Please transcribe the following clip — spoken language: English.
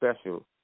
special